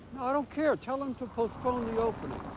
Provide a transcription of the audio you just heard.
don't care. tell him to postpone the opening.